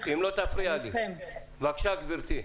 בבקשה, גברתי.